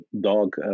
dog